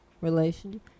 relationship